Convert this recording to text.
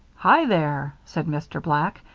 hi there! said mr. black,